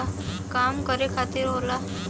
काम करे खातिर होला